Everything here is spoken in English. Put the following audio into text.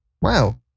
Wow